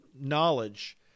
Knowledge